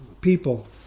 people